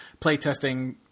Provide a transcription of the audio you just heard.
playtesting